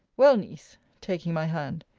well, niece, taking my hand,